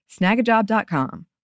Snagajob.com